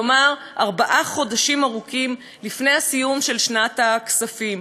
כלומר ארבעה חודשים ארוכים לפני סיום שנת הכספים.